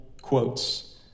quotes